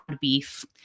beef